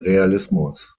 realismus